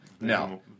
No